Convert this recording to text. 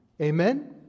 Amen